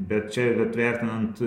bet čia bet vertinant